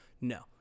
No